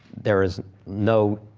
there is no